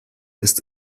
ist